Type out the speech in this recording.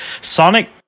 Sonic